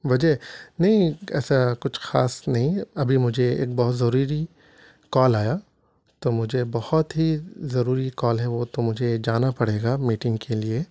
وجہ نہیں ایسا کچھ خاص نہیں ابھی مجھے ایک بہت ضروری کال آیا تو مجھے بہت ہی ضروری کال ہے وہ تو مجھے جانا پڑے گا میٹنگ کے لیے